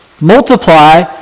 multiply